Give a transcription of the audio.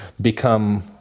become